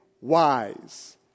wise